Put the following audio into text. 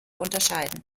unterscheiden